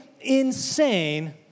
insane